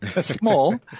Small